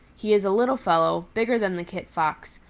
he is a little fellow, bigger than the kit fox,